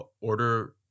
order